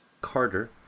Carter